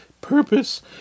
purpose